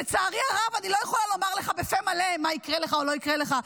לצערי הרב אני לא יכולה לומר לך בפה מלא מה יקרה לך או לא יקרה לך,